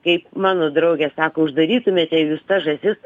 kaip mano draugė sako uždarytumėte jūs tas žąsis